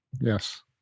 Yes